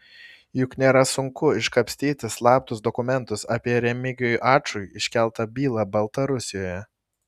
juk nėra sunku iškapstyti slaptus dokumentus apie remigijui ačui iškeltą bylą baltarusijoje